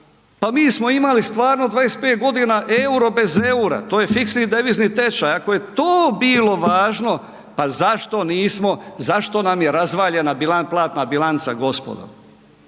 pa mi smo imali stvarno 25 godina EUR-o bez EUR-a, to je fiksni devizni tečaj, ako je to bilo važno pa zašto nismo, zašto nam je razvaljena platna bilanca gospodo.